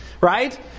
Right